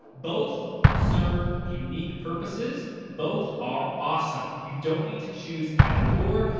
both serve unique purposes, both are awesome. you don't need to choose either or.